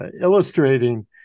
illustrating